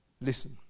listen